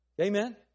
Amen